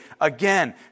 again